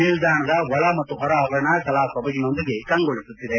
ನಿಲ್ದಾಣದ ಒಳ ಮತ್ತು ಹೊರ ಆವರಣ ಕಲಾ ಸೊಬಗಿನೊಂದಿಗೆ ಕಂಗೊಳಿಸುತ್ತಿದೆ